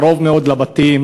קרוב מאוד לבתים.